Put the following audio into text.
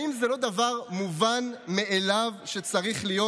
האם זה לא דבר מובן מאליו שצריך להיות?